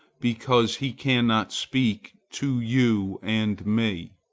because he cannot speak to you and me.